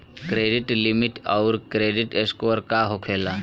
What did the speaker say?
Credit limit आउर credit score का होखेला?